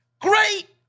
great